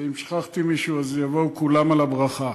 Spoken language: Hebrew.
ואם שכחתי מישהו אז יבואו כולם על הברכה.